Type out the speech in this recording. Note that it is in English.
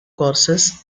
courses